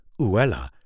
Uella